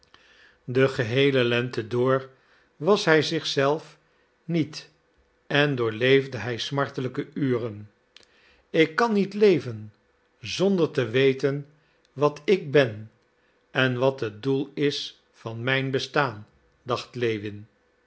de geheele lente door was hij zich zelf niet en doorleefde hij smartelijke uren ik kan niet leven zonder te weten wat ik ben en wat het doel is van mijn bestaan dacht lewin